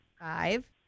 Five